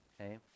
okay